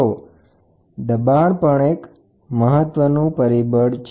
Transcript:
તો દબાણ પણ એક મહત્વનું પરિબળ છે